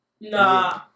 Nah